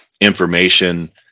information